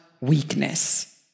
weakness